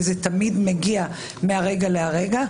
וזה תמיד מגיע מהרגע להרגע,